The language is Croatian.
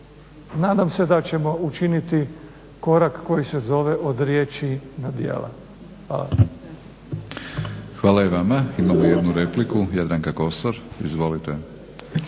nadam se da ćemo učiniti korak koji se zove od riječi na djela. Hvala. **Batinić, Milorad (HNS)** Hvala i vama. Imamo jednu repliku Jadranka Kosor. Izvolite.